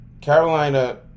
Carolina